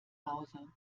hause